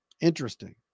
Interesting